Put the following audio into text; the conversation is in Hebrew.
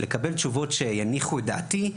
לקבל תשובות שיניחו את דעתי,